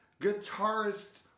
guitarists